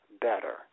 better